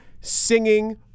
singing